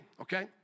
okay